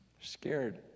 Scared